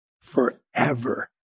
forever